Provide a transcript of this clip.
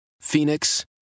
Phoenix